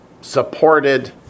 supported